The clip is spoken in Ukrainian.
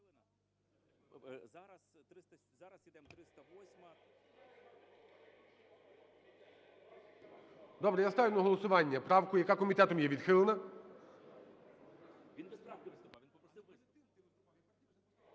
Добре, я ставлю на голосування правку, яка комітетом є відхилена.